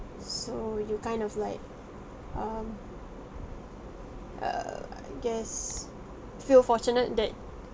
so you kind of like uh um err I guess feel fortunate that